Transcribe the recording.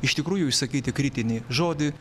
iš tikrųjų išsakyti kritinį žodį